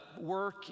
work